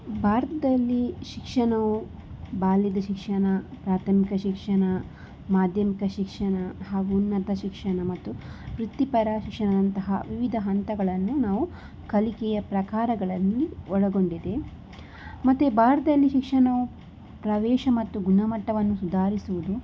ಭಾರತದಲ್ಲಿ ಶಿಕ್ಷಣವು ಬಾಲ್ಯದ ಶಿಕ್ಷಣ ಪ್ರಾಥಮಿಕ ಶಿಕ್ಷಣ ಮಾಧ್ಯಮಿಕ ಶಿಕ್ಷಣ ಹಾಗೂ ಉನ್ನತ ಶಿಕ್ಷಣ ಮತ್ತು ವೃತ್ತಿಪರ ಶಿಕ್ಷಣದಂತಹ ವಿವಿಧ ಹಂತಗಳನ್ನು ನಾವು ಕಲಿಕೆಯ ಪ್ರಕಾರಗಳಲ್ಲಿ ಒಳಗೊಂಡಿದೆ ಮತ್ತು ಭಾರತದಲ್ಲಿ ಶಿಕ್ಷಣವು ಪ್ರವೇಶ ಮತ್ತು ಗುಣಮಟ್ಟವನ್ನು ಸುಧಾರಿಸುವುದು